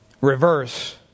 reverse